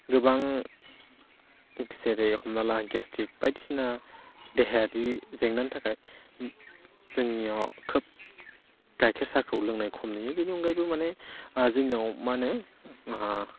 गोबां जेरै हमना ला गेस्ट्रिक बायदिसिना देहायारि जेंनानि थाखाय जोंनियाव खोब गायखेर साहाखौ लोंनाय खम नुयो बिनि अनगायैबो माने जोंनियाव मा होनो